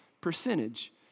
percentage